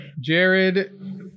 Jared